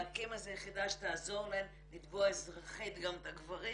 להקים יחידה שתעזור להן לתבוע אזרחית גם את הגברים